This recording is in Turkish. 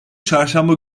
çarşamba